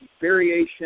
variation